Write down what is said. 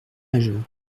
majeur